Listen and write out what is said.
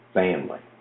family